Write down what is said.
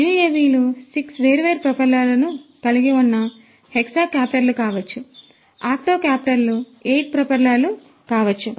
UAV లు 6 వేర్వేరు ప్రొపెల్లర్లను కలిగి ఉన్న హెక్సాకాప్టర్లు కావచ్చు ఆక్టోకాప్టర్లు 8 ప్రొపెల్లర్లు కావచ్చు